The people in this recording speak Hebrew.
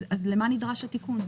אז למה נדרש התיקון?